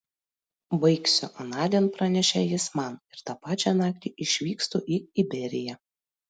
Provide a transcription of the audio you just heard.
baigsiu anądien pranešė jis man ir tą pačią naktį išvykstu į iberiją